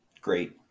Great